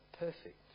Perfect